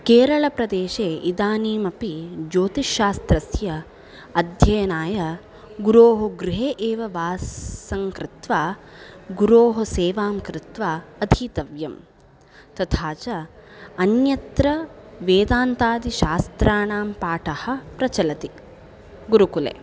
केरलप्रदेशे इदानीमपि ज्योतिश्शास्त्रस्य अध्ययनाय गुरोः गृहे एव वासं कृत्वा गुरोः सेवां कृत्वा अधीतव्यं तथा च अन्यत्र वेदान्तादिशास्त्राणां पाठः प्रचलति गुरुकुले